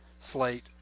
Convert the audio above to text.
Slate